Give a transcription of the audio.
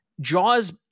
jaws